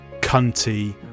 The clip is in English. cunty